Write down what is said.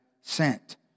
sent